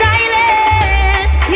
Silence